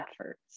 efforts